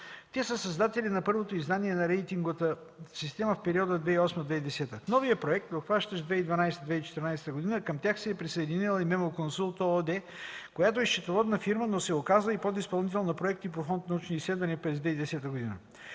Те са създатели на първото издание на рейтинговата система в периода 2008-2010 г. В новия проект, обхващащ 2012-2014 г., към тях се е присъединила и „Мемо-Консулт“ ООД, която е счетоводна фирма, но се оказва и подизпълнител на проекти по Фонд „Научни изследвания” през 2010 г.